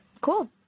cool